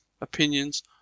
opinions